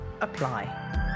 apply